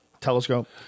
telescope